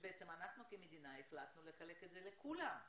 שאנחנו כמדינה החלטנו לחלק את זה לכולם,